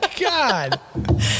God